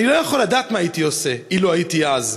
אני לא יכול לדעת מה הייתי עושה אילו הייתי אז,